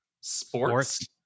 Sports